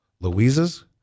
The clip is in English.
Louisa's